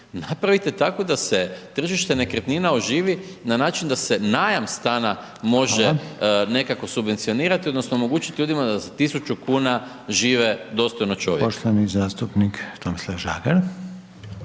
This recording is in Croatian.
napravite tako da se tržište nekretnina oživi na način da se najam stana može …/Upadica: Hvala./… nekako subvencionirati odnosno omogućiti ljudima da za 1.000 kuna žive dostojno čovjeka. **Reiner,